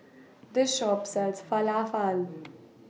This Shop sells Falafel